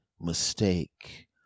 mistake